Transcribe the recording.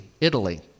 Italy